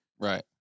Right